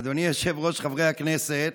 אדוני היושב-ראש, חברי הכנסת,